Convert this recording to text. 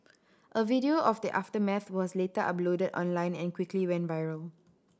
a video of the aftermath was later uploaded online and quickly went viral